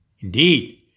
Indeed